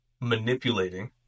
manipulating